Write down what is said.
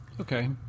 okay